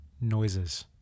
noises